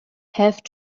have